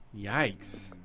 Yikes